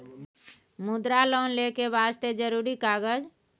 मुद्रा लोन लेके वास्ते जरुरी कागज?